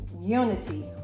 unity